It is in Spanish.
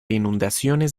inundaciones